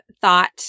thought